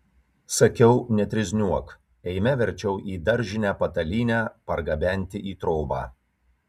sakiau netrizniuok eime verčiau į daržinę patalynę pargabenti į trobą